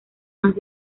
más